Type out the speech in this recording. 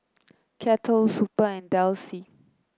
Kettle Super and Delsey